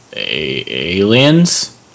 Aliens